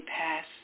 pass